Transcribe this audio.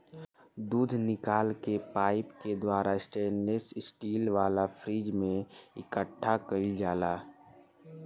दूध निकल के पाइप के द्वारा स्टेनलेस स्टील वाला फ्रिज में इकठ्ठा कईल जाला